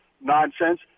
nonsense